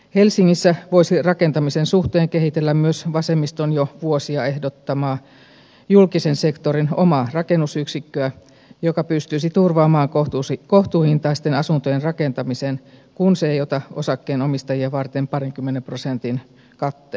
helsingissä voisi rakentamisen suhteen kehitellä myös vasemmiston jo vuosia ehdottamaa julkisen sektorin omaa rakennusyksikköä joka pystyisi turvaamaan kohtuuhintaisten asuntojen rakentamisen kun se ei ota osakkeenomistajia varten parinkymmenen prosentin katteita